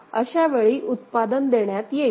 अशावेळी उत्पादन देण्यात येईल